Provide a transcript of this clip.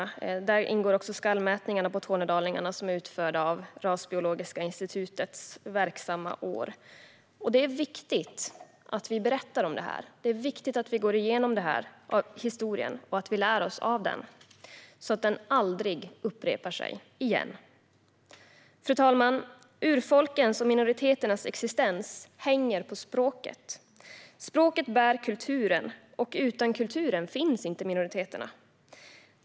Där behandlas skallmätningarna på tornedalingar utförda under Rasbiologiska institutets verksamma år. Det är viktigt att vi berättar om detta. Det är viktigt att vi går igenom historien och lär oss av den, så att den aldrig upprepar sig. Fru talman! Urfolkens och minoriteternas existens hänger på språket. Språket bär kulturen, och utan kulturen finns inte minoriteterna.